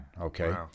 Okay